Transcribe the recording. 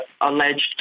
alleged